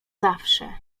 zawsze